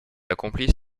accomplit